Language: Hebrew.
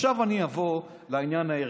עכשיו אני אבוא לעניין הערכי,